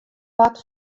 part